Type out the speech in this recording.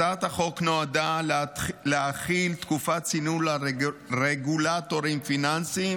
הצעת החוק נועדה להחיל תקופת צינון על רגולטורים פיננסיים